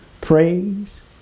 praise